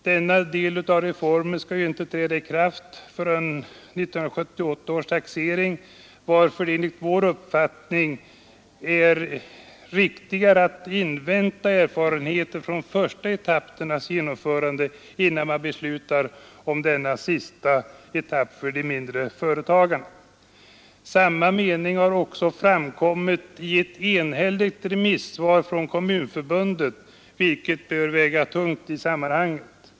Denna del av reformen skall ju inte träda i kraft förrän vid 1978 års taxering, varför det enligt vår uppfattning är riktigare att invänta erfarenheter från de första etappernas genomförande innan man beslutar om denna sista etapp för de mindre företagarna. Samma mening har framkommit i ett enhälligt remissvar från Kommunförbundet, vilket bör väga tungt i sammanhanget.